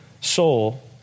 soul